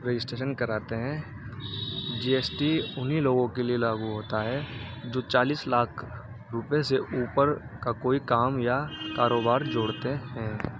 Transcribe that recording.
registration کراتے ہیں G S T انہیں لوگوں کے لیے لاگو ہوتا ہے جو چالیس لاکھ روپے سے اوپر کا کوئی کام یا کاروبار جوڑتے ہیں